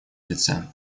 лице